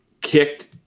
kicked